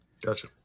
Gotcha